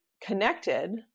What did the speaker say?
connected